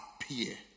Appear